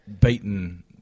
beaten